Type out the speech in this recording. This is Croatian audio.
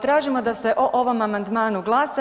Tražimo da se o ovom amandmanu glasa.